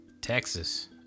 texas